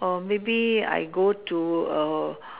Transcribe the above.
or maybe I go to a